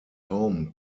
home